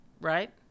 right